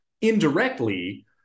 indirectly